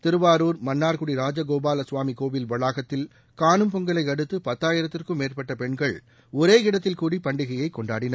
திருவாரூர் மன்னார்குடி ராஜகோபால ஸ்வாமி கோயில் வளாகத்தில் காணும் பொங்கலை அடுத்து பத்தாயிரத்திற்கும் மேற்பட்ட பெண்கள் ஒரே இடத்தில் கூடி பண்டிகையை கொண்டாடினர்